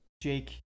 Jake